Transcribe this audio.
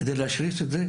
כדי להשריש את זה,